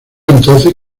entonces